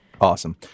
Awesome